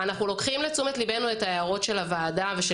אנחנו לוקחים לתשומת לבנו את ההערות של הוועדה ושל